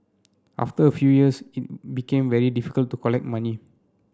after a few years it became very difficult to collect money